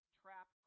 trap